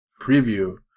preview